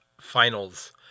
finals